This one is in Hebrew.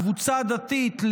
קבוצה דתית,